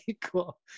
cool